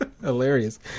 Hilarious